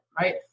right